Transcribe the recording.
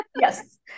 Yes